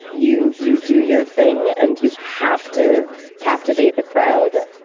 you you do your thing, and you have to captivate a crowd,